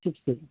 chips